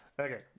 Okay